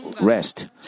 rest